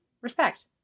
respect